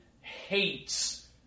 hates